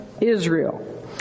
Israel